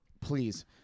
Please